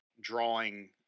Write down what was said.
drawing